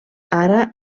ara